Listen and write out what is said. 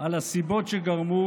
על הסיבות שגרמו